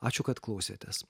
ačiū kad klausėtės